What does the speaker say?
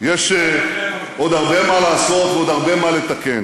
יש עוד הרבה מה לעשות ועוד הרבה מה לתקן,